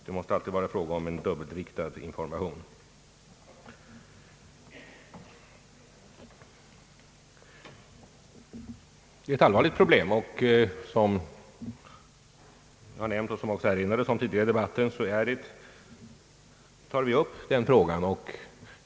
Det måste alltid vara fråga om dubbelriktad information. Detta är ett allvarligt problem, och som nämnts tidigare i debatten tar vi upp det i de statliga företagen.